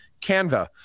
Canva